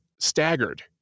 staggered